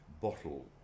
bottle